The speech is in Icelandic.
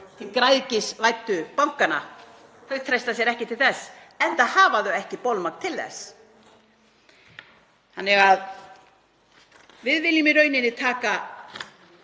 til græðgisvæddu bankanna. Þau treysta sér ekki til þess, enda hafa þau ekki bolmagn til þess. Við viljum í rauninni taka